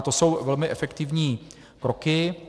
To jsou velmi efektivní kroky.